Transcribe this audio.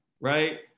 right